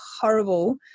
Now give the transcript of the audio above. horrible